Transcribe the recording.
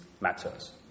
matters